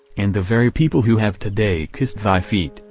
and the very people who have today kissed thy feet,